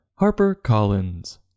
HarperCollins